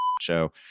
show